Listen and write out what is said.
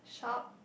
shop